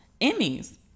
Emmys